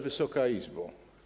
Wysoka Izbo!